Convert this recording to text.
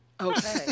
Okay